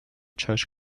church